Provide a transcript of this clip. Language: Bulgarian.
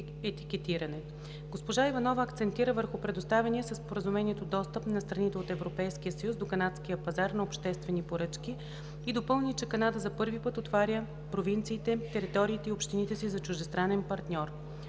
етикетиране. Госпожа Иванова акцентира върху предоставения със Споразумението достъп на страните от Европейския съюз до канадския пазар на обществени поръчки и допълни, че Канада за първи път отваря провинциите, териториите и общините си за чуждестранен партньор.